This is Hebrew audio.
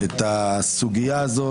את הסוגיה הזאת.